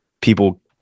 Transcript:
people